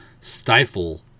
stifle